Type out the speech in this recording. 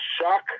shock